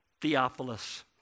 Theophilus